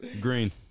green